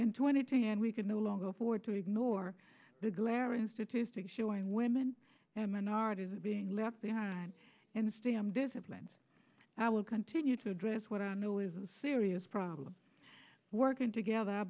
and twenty three and we can no longer afford to ignore the glaring statistics showing women and minorities are being left behind and it's damn visible and i will continue to address what i know is a serious problem working together i